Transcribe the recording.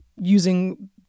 using